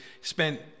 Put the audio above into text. spent